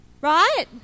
right